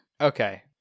Okay